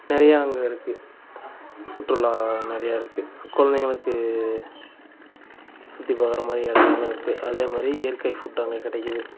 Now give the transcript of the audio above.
நிறைய அங்கே இருக்குது சுற்றுலா நிறைய இருக்குது குழந்தைங்களுக்கு சுற்றிப் பார்க்குறமாதிரி இடங்களும் இருக்குது அதேமாதிரி இயற்கை ஃபுட் அங்கே கிடைக்குது